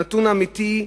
הנתון האמיתי,